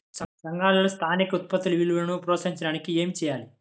సంఘాలలో స్థానిక ఉత్పత్తుల విలువను ప్రోత్సహించడానికి ఏమి చేయాలి?